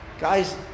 guys